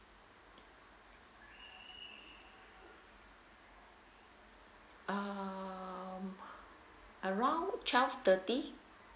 err around twelve thirty